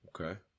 Okay